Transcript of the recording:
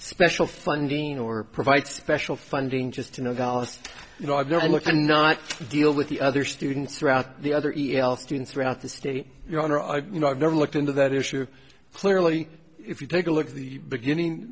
special funding or provide special funding just to know that you know i've never looked and not deal with the other students throughout the other each student throughout the state your honor i you know i've never looked into that issue clearly if you take a look at the beginning